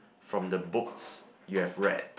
from the books you have read